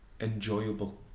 enjoyable